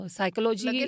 Psychology